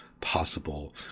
possible